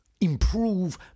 improve